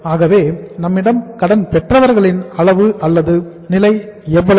ஆகவே நம்மிடமிருந்து கடன் பெற்றவர்களின் அளவு அல்லது நிலை எவ்வளவு